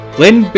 Glenn